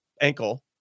ankle